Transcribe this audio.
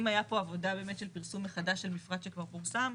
אם הייתה פה עבודה באמת של פרסום מחדש של מפרט שכבר פורסם,